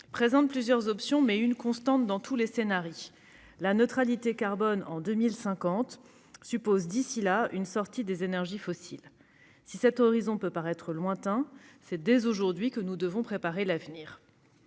présentent plusieurs options, mais une constante apparaît dans tous les scénarios : la neutralité carbone en 2050 suppose d'ici là une sortie des énergies fossiles. Si cet horizon peut paraître lointain, c'est dès aujourd'hui que nous devons préparer l'avenir.